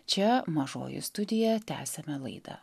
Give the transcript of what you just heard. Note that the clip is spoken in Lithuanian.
čia mažoji studija tęsiame laidą